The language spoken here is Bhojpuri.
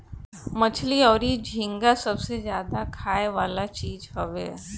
मछली अउरी झींगा सबसे ज्यादा खाए वाला चीज हवे